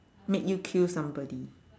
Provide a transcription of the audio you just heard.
make you kill somebody